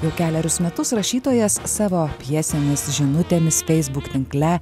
jau kelerius metus rašytojas savo pjesėmis žinutėmis feisbuk tinkle